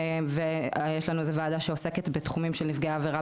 באפריל ויש לנו איזה וועדה שעוסקת בתחומים של נפגעי עבירה